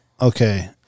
Okay